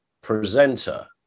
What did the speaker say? presenter